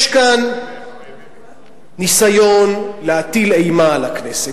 יש כאן ניסיון להטיל אימה על הכנסת.